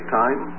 time